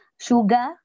sugar